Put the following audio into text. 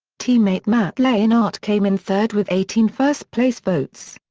teammate matt leinart came in third with eighteen first-place votes.